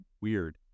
weird